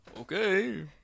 Okay